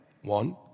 One